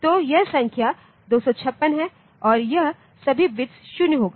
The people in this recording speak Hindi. तो यह संख्या 256 है और यह सभी बिट्स 0 होगा